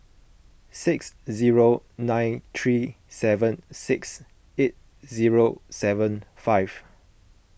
six zero nine three seven six eight zero seven five